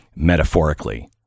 metaphorically